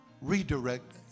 Redirect